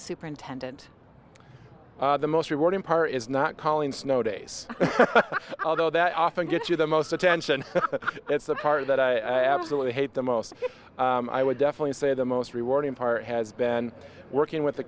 superintendent the most rewarding part is not calling snow days although that often gets you the most attention it's the part that i absolutely hate the most i would definitely say the most rewarding part has been working with the